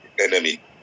enemy